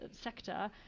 sector